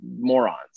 morons